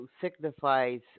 signifies